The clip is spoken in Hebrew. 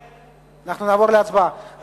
אנחנו נעבור להצבעה.